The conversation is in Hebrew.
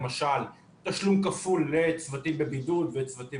למשל תשלום כפול לצוותים בבידוד וצוותים